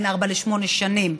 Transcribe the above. בין ארבע לשמונה שנים,